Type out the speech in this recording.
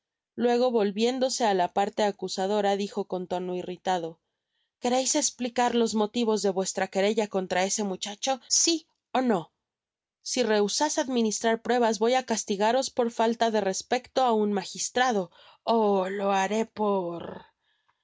luego volviéndose á la parte acusadora dijo con tono irritadoquereis esplicar los motivos de vuestra querella contra ese muchacho si ó nó si rehusais administrar pruebas voy á castigaros por falta de respecto á un magistrado oh lo haré por